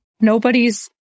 nobody's